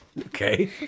Okay